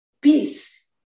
peace